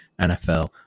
NFL